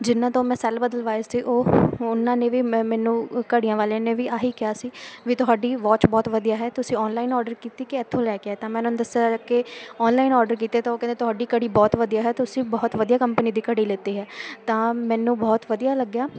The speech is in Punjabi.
ਜਿਹਨਾਂ ਤੋਂ ਮੈਂ ਸੈਲ ਬਦਲਵਾਏ ਸੀ ਉਹ ਉਹਨਾਂ ਨੇ ਵੀ ਮ ਮੈਨੂੰ ਘੜੀਆਂ ਵਾਲੇ ਨੇ ਵੀ ਆਹੀ ਕਿਹਾ ਸੀ ਵੀ ਤੁਹਾਡੀ ਵਾਚ ਬਹੁਤ ਵਧੀਆ ਹੈ ਤੁਸੀਂ ਆਨਲਾਈਨ ਆਰਡਰ ਕੀਤੀ ਕਿ ਇੱਥੋਂ ਲੈ ਕੇ ਆਏ ਤਾਂ ਮੈਂ ਉਹਨਾਂ ਨੂੰ ਦੱਸਿਆ ਕਿ ਆਨਲਾਈਨ ਆਰਡਰ ਕੀਤੇ ਤਾਂ ਉਹ ਕਹਿੰਦੇ ਤੁਹਾਡੀ ਘੜੀ ਬਹੁਤ ਬਹੁਤ ਵਧੀਆ ਹੈ ਤੁਸੀਂ ਬਹੁਤ ਵਧੀਆ ਕੰਪਨੀ ਦੀ ਘੜੀ ਲਿੱਤੀ ਹੈ ਤਾਂ ਮੈਨੂੰ ਬਹੁਤ ਵਧੀਆ ਲੱਗਿਆ